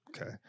okay